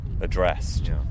addressed